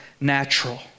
natural